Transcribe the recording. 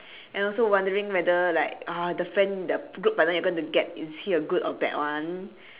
and also wondering whether like the friend that group partner that you're gonna get is he a good or bad one